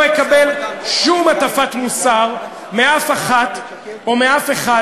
אקבל שום הטפת מוסר מאף אחת או מאף אחד,